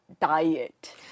diet